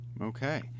Okay